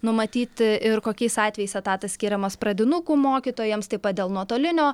numatyti ir kokiais atvejais etatas skiriamas pradinukų mokytojams taip pat dėl nuotolinio